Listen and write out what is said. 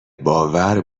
باور